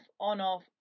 on-off